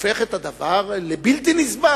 הופך את הדבר לבלתי נסבל,